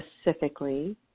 specifically